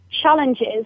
challenges